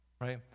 right